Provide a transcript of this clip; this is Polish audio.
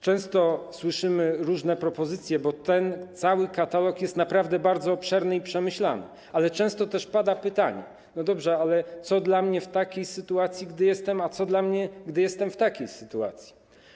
Często słyszymy różne propozycje, bo ten cały katalog jest naprawdę bardzo obszerny i przemyślany, ale często też pada pytanie: No dobrze, ale co dla mnie, gdy jestem w takiej sytuacji, a co dla mnie, gdy jestem w innej sytuacji?